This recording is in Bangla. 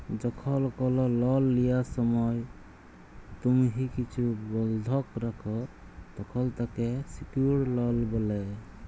যখল কল লল লিয়ার সময় তুম্হি কিছু বল্ধক রাখ, তখল তাকে সিকিউরড লল ব্যলে